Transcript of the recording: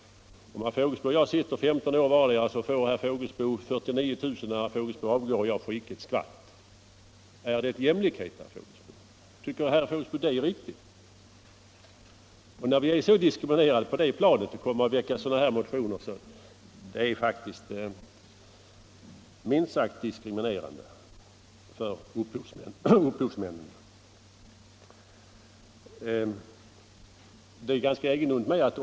Om herr Fågelsbo och jag sitter 15 år vardera i riksdagen får herr Fågelsbo 49 000 kr. när han avgår och jag får inte ett skvatt. Är det jämlikhet, herr Fågelsbo? Tycker herr Fågelsbo att det är riktigt? När vi är så diskriminerade på det planet är det faktiskt mingt sagt diskriminerande — för upphovsmännen — att väcka sådana här motioner.